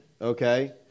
okay